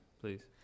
please